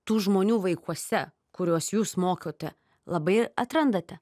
tų žmonių vaikuose kuriuos jūs mokote labai atrandate